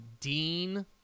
dean